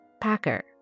Packer